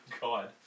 God